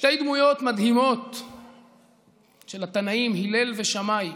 שתי דמויות מדהימות של התנאים, הלל ושמאי.